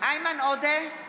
איימן עודה,